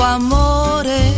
amore